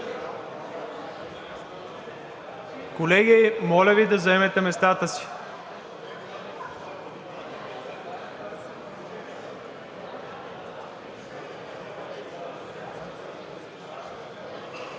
Колеги, моля да заемете местата си!